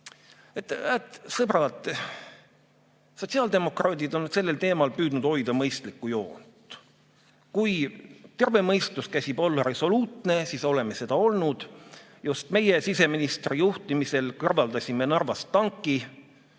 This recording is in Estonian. küsi!"Sõbrad! Sotsiaaldemokraadid on sellel teemal püüdnud hoida mõistlikku joont. Kui terve mõistus käsib olla resoluutne, siis oleme seda olnud. Just meie siseministri juhtimisel kõrvaldasime Narvast tanki,